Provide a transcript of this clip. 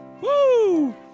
Woo